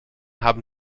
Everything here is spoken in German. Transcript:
haben